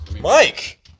Mike